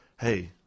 Hey